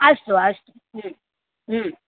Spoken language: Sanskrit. अस्तु अस्तु